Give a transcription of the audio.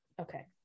okay